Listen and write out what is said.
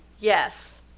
Yes